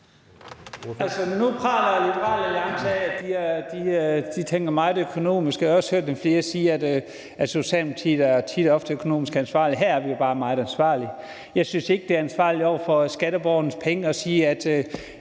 Alliance af, at de tænker meget økonomisk. Jeg har også hørt flere sige, at Socialdemokratiet tit og ofte er økonomisk ansvarlige. Her er vi bare meget ansvarlige. Jeg synes ikke, det er ansvarligt over for skatteborgerne at sige